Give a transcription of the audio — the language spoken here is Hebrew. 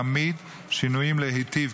תמיד שינויים להיטיב,